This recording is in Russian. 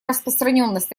распространенность